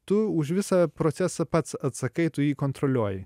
tu už visą procesą pats atsakai tu jį kontroliuoji